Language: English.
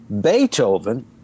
Beethoven